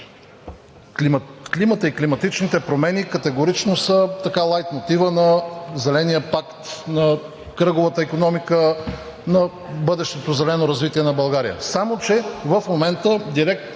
Климатът и климатичните промени категорично са лайтмотивът на Зеления пакт, на кръговата икономика, на бъдещото зелено развитие на България,